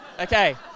Okay